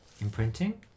Imprinting